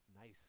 nice